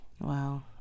Wow